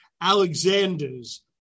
Alexander's